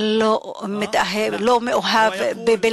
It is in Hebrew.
לא מאוהב, .